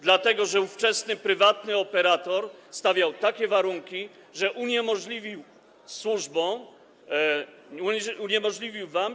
Dlatego że ówczesny prywatny operator stawiał takie warunki, że uniemożliwił służbom, uniemożliwił wam.